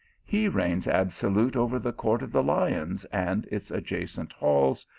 he reigns absolute over the court of the lions and its adjacent halls,